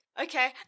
okay